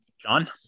John